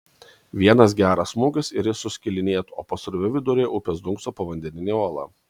vienas geras smūgis ir jis suskilinėtų o pasroviui viduryje upės dunkso povandeninė uola